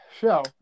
show